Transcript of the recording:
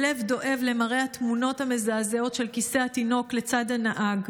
הלב דואב למראה התמונות המזעזעות של כיסא התינוק לצד הנהג,